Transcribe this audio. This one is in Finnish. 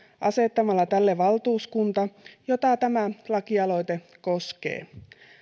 asettamalla tälle valtuuskunnan jota tämä lakialoite koskee